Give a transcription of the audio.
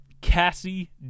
Cassie